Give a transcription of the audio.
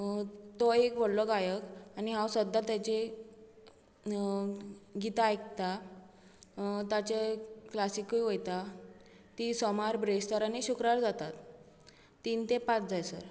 तो एक व्हडलो गायक आनी हांव सद्दां तेची गितां आयकता ताचे क्लासीकुय वयता ती सोमार बिरेस्तार आनी शुक्रार जातात तीन ते पांच जांयसर